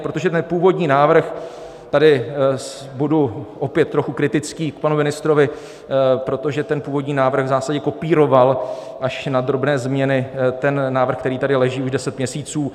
Protože ten původní návrh tady budu opět trochu kritický k panu ministrovi protože ten původní návrh v zásadě kopíroval až na drobné změny ten návrh, který tady leží už deset měsíců.